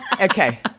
okay